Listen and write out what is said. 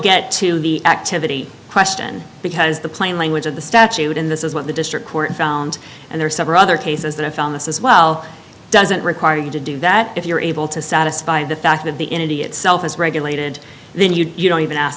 get to the activity question because the plain language of the statute in this is what the district court found and there are several other cases that i found this as well doesn't require you to do that if you're able to satisfy the fact that the energy itself is regulated then you don't even ask